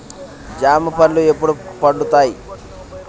జామ పండ్లు ఎప్పుడు పండుతాయి?